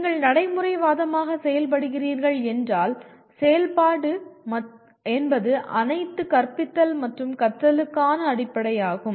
நீங்கள் நடைமுறைவாதமாக செயல்படுகிறீர்கள் என்றால் செயல்பாடு என்பது அனைத்து கற்பித்தல் மற்றும் கற்றலுக்கான அடிப்படையாகும்